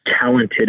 talented